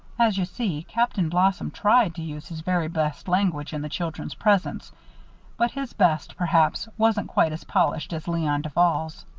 as you see, captain blossom tried to use his very best language in the children's presence but his best, perhaps, wasn't quite as polished as leon duval's.